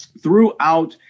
throughout